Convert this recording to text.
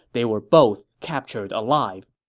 they were both captured alive